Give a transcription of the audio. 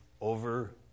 over